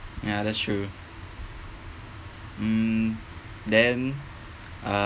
ya that's true mm then uh